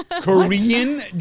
Korean